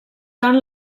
tant